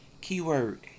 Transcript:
Keyword